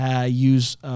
use